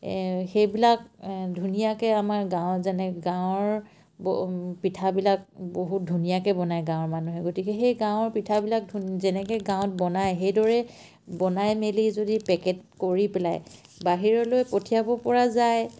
সেইবিলাক ধুনীয়াকৈ আমাৰ গাঁৱত যেনে গাঁৱৰ পিঠাবিলাক বহুত ধুনীয়াকৈ বনায় গাঁৱৰ মানুহে গতিকে সেই গাঁৱৰ পিঠাবিলাক যেনেকৈ গাঁৱত বনায় সেইদৰে বনাই মেলি যদি পেকেট কৰি পেলাই বাহিৰলৈ পঠিয়াব পৰা যায়